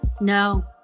No